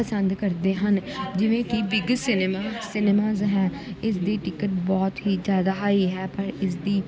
ਪਸੰਦ ਕਰਦੇ ਹਨ ਜਿਵੇਂ ਕਿ ਬਿਗ ਸਿਨੇਮਾ ਸਿਨੇਮਾਜ਼ ਹੈ ਇਸ ਦੀ ਟਿਕਟ ਬਹੁਤ ਹੀ ਜ਼ਿਆਦਾ ਹਾਈ ਹੈ ਪਰ ਇਸ ਦੀ